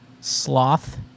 Sloth